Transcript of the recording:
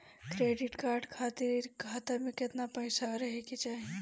Credit card खातिर खाता में केतना पइसा रहे के चाही?